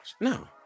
No